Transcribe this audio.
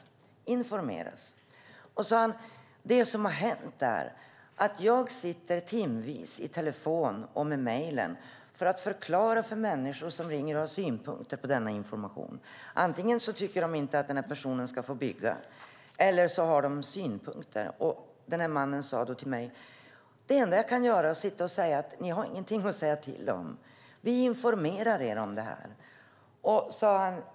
Det som har hänt, fortsatte han, är att jag sitter timvis i telefon för att förklara för människor som ringer om den informationen. Antingen tycker de inte att personen i fråga ska få bygga, eller så har de andra synpunkter. Och han fortsatte: Det enda jag kan göra är att sitta och säga att de inte har någonting att säga till om, att vi bara informerar om bygget.